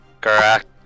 Correct